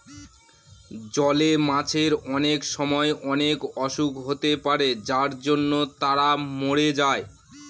জলে মাছের অনেক সময় অনেক অসুখ হতে পারে যার জন্য তারা মরে যায়